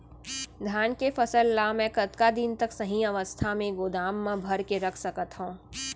धान के फसल ला मै कतका दिन तक सही अवस्था में गोदाम मा भर के रख सकत हव?